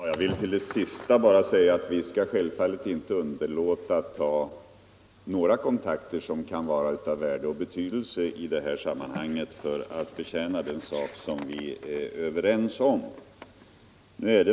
Herr talman! Till det sista vill jag bara säga att vi självfallet inte skall underlåta att ta några kontakter som i detta sammanhang kan vara av värde och betydelse för att tjäna den sak som vi är överens om.